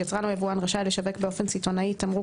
יצרן או יבואן רשאי לשווק באופן סיטונאי תמרוק